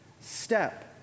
step